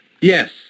Yes